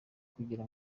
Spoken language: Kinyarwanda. kugira